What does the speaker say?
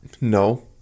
No